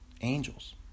Angels